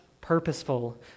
purposeful